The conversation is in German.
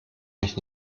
mich